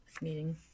meeting